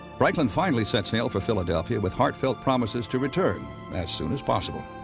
franklin finally set sail for philadelphia with heartfelt promises to return as soon as possible.